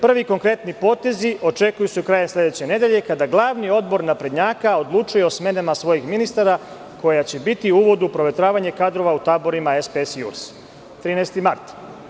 Prvi konkretni potezi očekuju se do kraja sledeće nedelje, kada Glavni odbor naprednjaka odlučuje o smenama svojih ministara, koja će biti uvod u provetravanje kadrova u taborima SPS i URS, 13. mart.